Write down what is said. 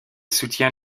soutient